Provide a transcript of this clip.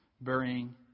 burying